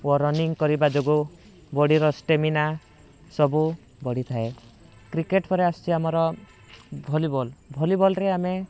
ଓ running କରିବା ଯୋଗୁ ବଡ଼ିର ଷ୍ଟେମିନା ସବୁ ବଢ଼ିଥାଏ କ୍ରିକେଟ ପରେ ଆସୁଛି ଆମର ଭଲିବଲ୍ ଭଲିବଲରେ ଆମେ